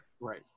right